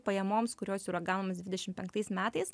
pajamoms kurios jau yra gaunamos dvidešim penktais metais